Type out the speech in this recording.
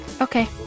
Okay